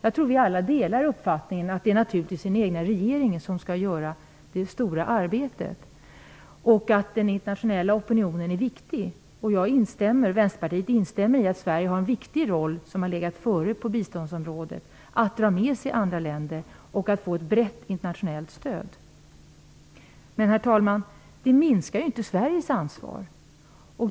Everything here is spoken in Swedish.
Jag tror att vi alla delar uppfattningen att det naturligtvis är landets egen regering som skall utföra det stora arbetet och att den internationella opinionen är viktig. Jag och Vänsterpartiet instämmer i att Sverige, som har legat före på biståndsområdet, har en viktig roll i att dra med sig andra länder och skapa ett brett internationellt stöd. Men, herr talman, detta minskar ju inte Sveriges ansvar.